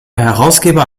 herausgeber